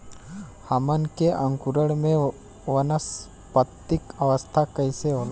हमन के अंकुरण में वानस्पतिक अवस्था कइसे होला?